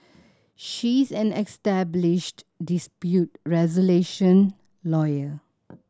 she is an established dispute resolution lawyer